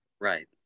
right